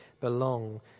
belong